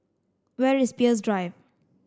where is Peirce Drive